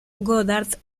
goddard